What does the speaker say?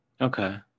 Okay